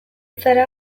zara